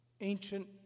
ancient